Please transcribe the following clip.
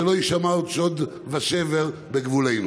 שלא יישמע עוד שוד ושבר בגבולנו.